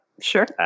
sure